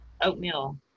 oatmeal